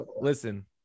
listen